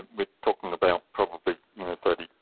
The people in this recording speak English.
we are talking about probably you know thirty